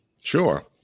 Sure